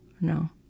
No